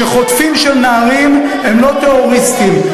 שחוטפים של נערים הם לא טרוריסטים.